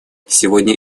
сегодня